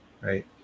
right